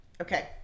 okay